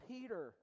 Peter